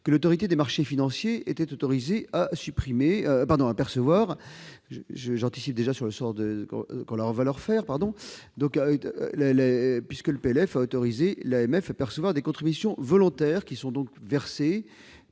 duquel l'Autorité des marchés financiers est autorisée à percevoir des « contributions volontaires » versées